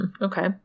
Okay